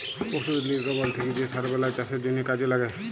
পশুদের লির্গমল থ্যাকে যে সার বেলায় চাষের জ্যনহে কাজে ল্যাগে